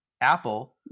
Apple